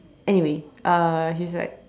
anyway uh he's like